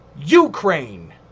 Ukraine